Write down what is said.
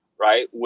right